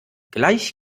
gleich